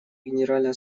генеральная